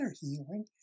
healing